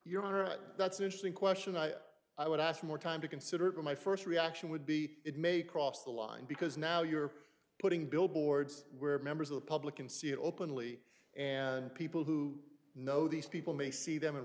honor that's an interesting question i i would ask more time to consider it my first reaction would be it may cross the line because now you're putting billboards where members of the public can see it openly and people who know these people may see them and